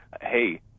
hey